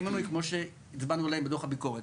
מינוי כמו שהצבענו עליהם בדוח הביקורת.